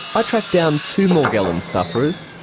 i tracked down two morgellons sufferers,